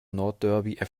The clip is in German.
nordderby